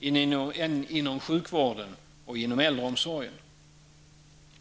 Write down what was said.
än inom sjukvården och inom äldreomsorgen.